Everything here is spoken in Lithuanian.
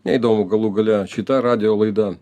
neįdomu galų gale šita radijo laida